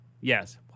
Yes